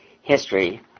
history